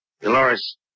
Dolores